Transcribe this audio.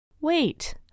Wait